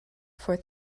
for